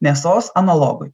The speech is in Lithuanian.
mėsos analogui